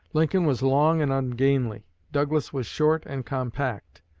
lincoln was long and ungainly douglas was short and compact.